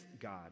God